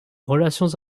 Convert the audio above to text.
relations